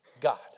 God